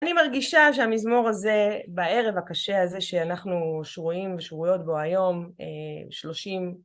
אני מרגישה שהמזמור הזה בערב הקשה הזה, שאנחנו שרויים ושרויות בו היום, שלושים